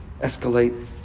escalate